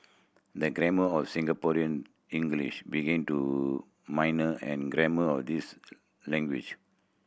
the grammar of Singaporean English begin to minor and grammar of these language